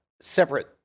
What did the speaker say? Separate